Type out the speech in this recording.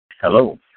Hello